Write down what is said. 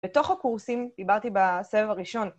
בתוך הקורסים דיברתי בסבב הראשון.